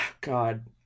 God